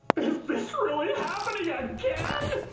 is this really happening again?